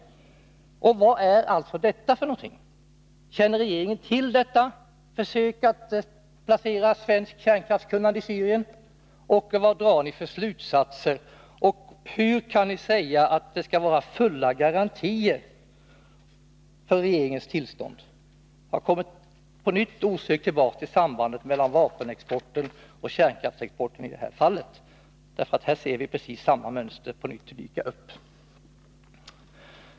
Vad är detta för någonting? Känner regeringen till dessa försök att placera svenskt kärnkraftskunnande i Syrien? Vilka slutsatser drar ni därav, och hur kan ni säga att det för att regeringen skall ge sitt tillstånd till utförsel krävs fulla garantier för att mottagarlandet är anslutet till NPT? Jag kommer på nytt osökt tillbaka till sambandet mellan vapenexport och kärnkraftsexport — här ser vi precis samma mönster.